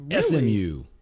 SMU